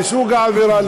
לסוג העבירה,